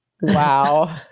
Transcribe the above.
Wow